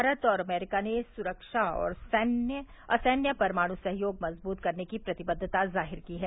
भारत और अमरीका ने सुरक्षा और असैन्य परमाणु सहयोग मजबूत करने की प्रतिबद्वता जाहिर की है